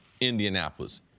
Indianapolis